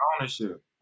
ownership